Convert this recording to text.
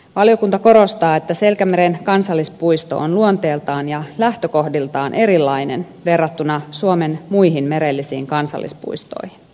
valiokunta korostaa että selkämeren kansallispuisto on luonteeltaan ja lähtökohdiltaan erilainen verrattuna suomen muihin merellisiin kansallispuistoihin